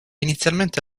inizialmente